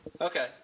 Okay